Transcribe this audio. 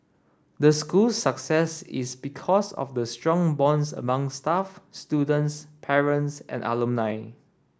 the school success is because of the strong bonds among staff students parents and alumni